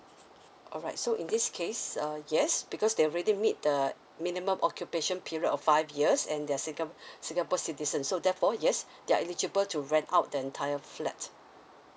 alright so in this case uh yes because they already meet the minimum occupation period of five years and they are singa~ singapore citizen so therefore yes they are eligible to rent out the entire flat